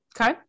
Okay